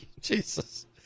Jesus